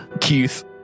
Keith